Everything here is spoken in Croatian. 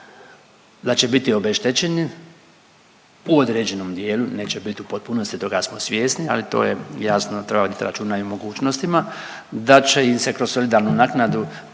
da će biti obeštećeni u određenom dijelu, neće biti u potpunosti toga smo svjesni, ali to je jasno treba voditi računa i o mogućnostima, da će im se kroz solidarnu naknadu